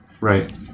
Right